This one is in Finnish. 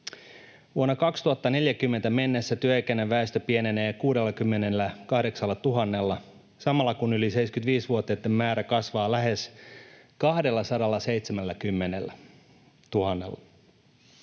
Vuoteen 2040 mennessä työikäinen väestö pienenee 68 000:lla samalla kun yli 75-vuotiaitten määrä kasvaa lähes 270 000:lla.